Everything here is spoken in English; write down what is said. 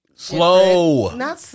Slow